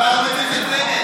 מה זה 12 ו-13?